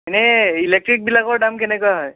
এনেই ইলেট্ৰিকবিলাকৰ দাম কেনেকুৱা হয়